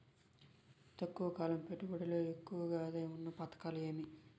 తక్కువ కాలం పెట్టుబడిలో ఎక్కువగా ఆదాయం ఉన్న పథకాలు ఏమి?